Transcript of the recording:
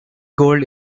gold